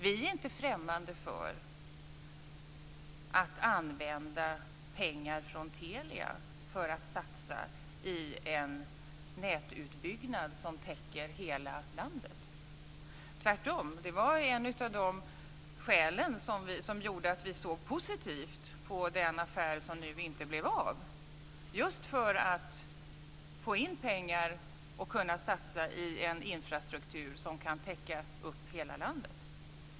Vi är inte främmande för att använda pengar från Telia för att satsa i en nätutbyggnad som täcker hela landet. Tvärtom var det ett av skälen som gjorde att vi såg positivt på den affär som nu inte blev av, dvs. att vi hade kunnat få in pengar att satsa i en infrastruktur som kunde täcka hela landet.